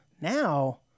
Now